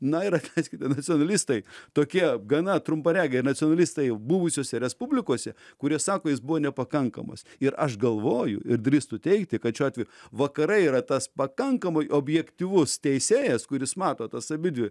na ir atleskite nacionalistai tokie gana trumparegiai ir nacionalistai buvusiose respublikose kurie sako jis buvo nepakankamas ir aš galvoju ir drįstu teigti kad šiuo atveju vakarai yra tas pakankamai objektyvus teisėjas kuris mato tas abidvi